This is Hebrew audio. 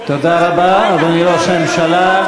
תודה רבה, אדוני ראש הממשלה.